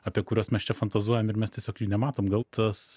apie kuriuos mes čia fantazuojam ir mes tiesiog jų nematom gal tas